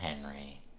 Henry